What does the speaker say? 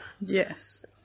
Yes